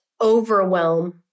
overwhelm